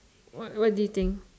what do you think